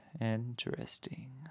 Interesting